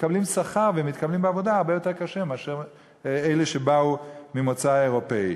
מקבלים שכר ומתקבלים בעבודה הרבה יותר קשה מאשר אלה שבאו ממוצא אירופי.